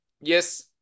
yes